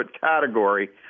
category